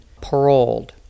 paroled